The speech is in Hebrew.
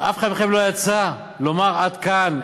ואף אחד מכם לא יצא לומר: עד כאן.